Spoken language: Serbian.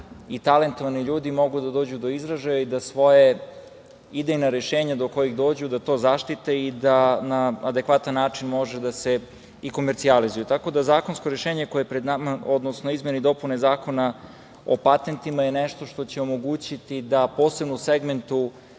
i talentovani ljudi mogu da dođu do izražaja i da svoja idejna rešenja do kojih dođu da to zaštite i da na adekvatan način može da se i komercijalizuje. Tako, da zakonsko rešenje, odnosno izmene i dopune Zakona o patentima je nešto što će omogućiti da posebno u segmentu